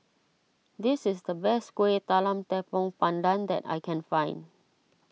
this is the best Kueh Talam Tepong Pandan that I can find